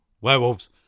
Werewolves